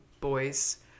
boys